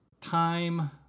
Time